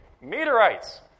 Meteorites